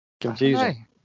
Confusing